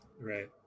Right